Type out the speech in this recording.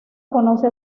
conoce